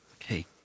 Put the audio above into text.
Okay